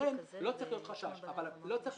לכן לא צריך להיות חשש מצידכם.